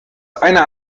einer